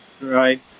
Right